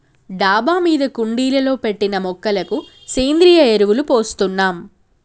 డాబా మీద కుండీలలో పెట్టిన మొక్కలకు సేంద్రియ ఎరువులు పోస్తున్నాం